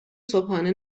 صبحانه